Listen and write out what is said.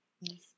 Yes